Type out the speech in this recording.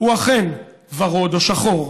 הוא אכן ורוד או שחור,